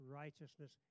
righteousness